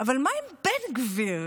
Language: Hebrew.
אבל מה עם בן גביר?